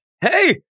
hey